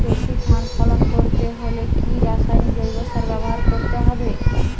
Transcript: বেশি ধান ফলন করতে হলে কি রাসায়নিক জৈব সার ব্যবহার করতে হবে?